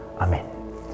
Amen